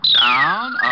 Down